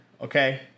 okay